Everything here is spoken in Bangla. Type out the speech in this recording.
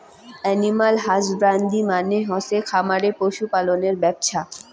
এনিম্যাল হসবান্দ্রি মানে হসে খামারে পশু পালনের ব্যপছা